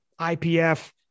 IPF